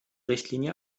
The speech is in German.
richtlinie